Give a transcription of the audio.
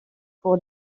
pour